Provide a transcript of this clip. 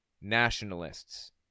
nationalists